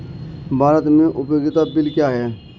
भारत में उपयोगिता बिल क्या हैं?